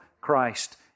Christ